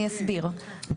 אני אסביר.